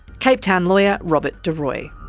cape town lawyer robert de rooy.